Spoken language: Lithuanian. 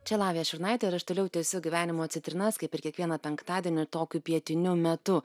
čia lavija šurnaitė ir aš toliau tęsiu gyvenimo citrinas kaip ir kiekvieną penktadienį tokiu pietiniu metu